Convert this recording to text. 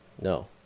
No